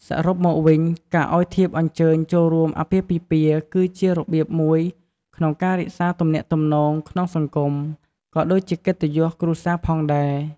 សរុបមកវិញ ការឱ្យធៀបអញ្ជើញចូលរួមអាពាហ៍ពិពាហ៍គឺជារបៀបមួយក្នុងការរក្សាទំនាក់ទំនងក្នុងសង្គម ក៏ដូចជាកិត្តិយសគ្រួសារផងដែរ។